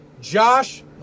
Josh